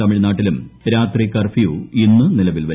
തമിഴ്നാട്ടിലും രാത്രി കർഫ്യൂ ഇന്ന് നിലവിൽ വരും